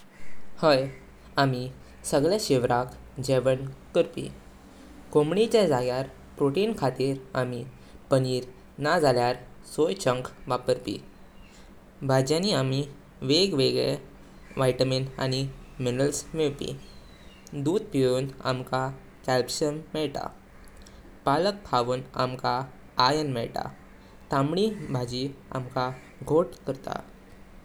हाय आमी सगळे शिव्राक गॆवं करपी। कोमडीचे जाग्यार प्रोटिन खातीर आमी पनीर नाजाल्यार सोय चंक वापरपी। भाजीयांनी आमका वेय वेगळे व्हिटॅमिन आनी मिनरल्स मेवपी। दुध पीवून आमका कॅल्शियम मेवता। पालक खावून आमका आयर्न मेवता। तांबडी भाजी आमका घोट करता।